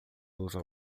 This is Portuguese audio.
usam